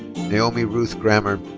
naomi ruth grammer.